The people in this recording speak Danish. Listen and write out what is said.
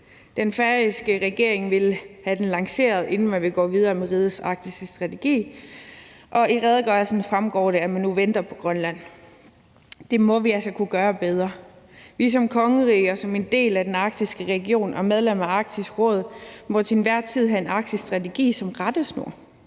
Den færøske regering ville have den lanceret, inden man ville gå videre med rigets arktiske strategi, og i redegørelsen fremgår det, at man nu venter på Grønland. Det må vi altså kunne gøre bedre. Vi som kongerige og som en del af den arktiske region og medlem af Arktisk Råd må til enhver tid have en arktisk strategi som rettesnor.